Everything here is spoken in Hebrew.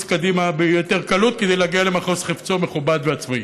קדימה ביתר קלות כדי להגיע למחוז חפצו מכובד ועצמאי.